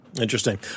Interesting